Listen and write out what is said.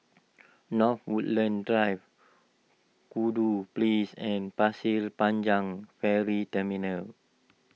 North Woodlands Drive Kudu Place and Pasir Panjang Ferry Terminal